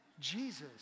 Jesus